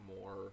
more